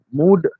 mood